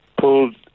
pulled